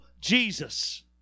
Jesus